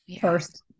first